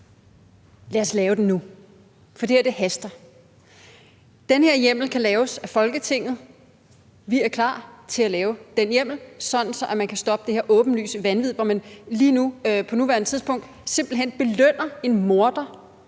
Lad os lave den nu, for det her haster. Den her hjemmel kan laves af Folketinget. Vi er klar til at lave den hjemmel, sådan at man kan stoppe det her åbenlyse vanvid, hvor man lige nu simpelt hen belønner en morder